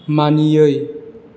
मानियै